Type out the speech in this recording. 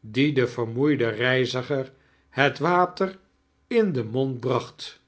diei detn vermoeiden reiziger het water in den mond bracht